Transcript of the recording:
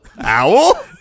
Owl